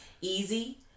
easy